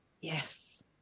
Yes